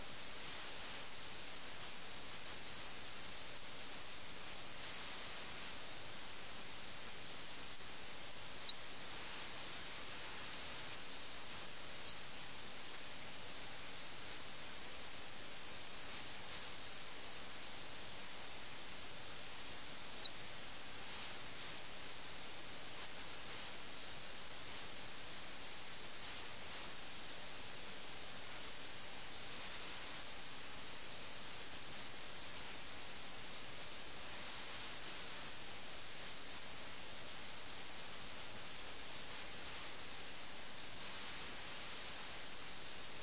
' എതിരാളിയെ മറികടക്കുന്ന പുതിയ നീക്കങ്ങൾ അവർ ആവിഷ്കരിക്കുന്നു മറ്റേ എതിരാളിയെ തോൽപിക്കാൻ വേണ്ടി അവർ പുതിയ കാസ്ലിംഗ് നീക്കങ്ങൾ നടത്തും ചെസ്സ് കളിയുടെ കാര്യത്തിൽ മറ്റേ വ്യക്തിയെ അപകടത്തിലാക്കുന്നു ഒപ്പം ചെസ്സ് കളിയെ ചൊല്ലി രണ്ട് സുഹൃത്തുക്കൾ തമ്മിൽ വഴക്കുകളും തർക്കങ്ങളും ഉണ്ടാകുന്നു